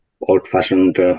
old-fashioned